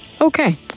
Okay